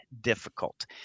difficult